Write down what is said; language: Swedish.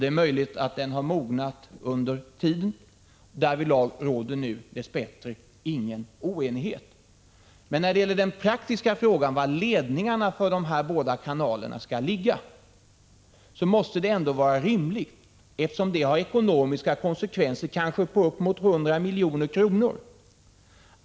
Det är möjligt att den har mognat under den tiden. Den praktiska frågan, var ledningarna för de båda kanalerna skall ligga, har ekonomiska konsekvenser på kanske uppemot 100 milj.kr.